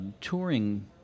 touring